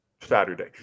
Saturday